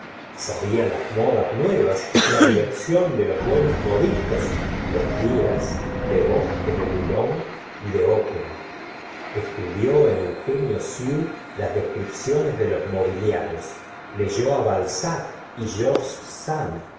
sabía las modas nuevas la dirección de los buenos odistos los días de bosque de boulogne y de ope a estudió en eugenio süe las descripciones de los mobiliarios leyó á balzac y jorge sand